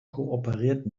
kooperiert